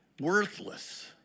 worthless